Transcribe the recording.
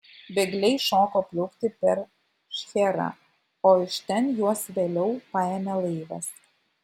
bėgliai šoko plaukti per šcherą o iš ten juos vėliau paėmė laivas